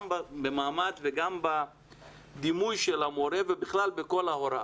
גם במעמד וגם בדימוי של המורה ובכלל בכל ההוראה.